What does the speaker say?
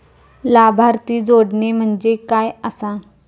लाभार्थी जोडणे म्हणजे काय आसा?